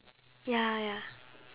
ya ya